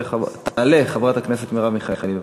תעלה חברת הכנסת מרב מיכאלי.